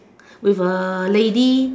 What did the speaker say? with a lady